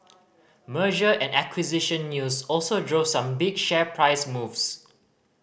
merger and acquisition news also drove some big share price moves